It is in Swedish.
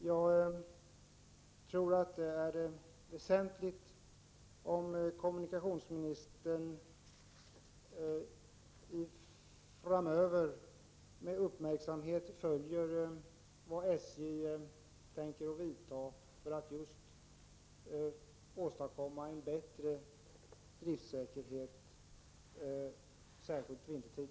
Jag tror att det är väsentligt att kommunikationsministern framöver med uppmärksamhet följer vilka åtgärder SJ avser att vidta just för att åstadkomma en bättre driftsäkerhet, särskilt vintertid.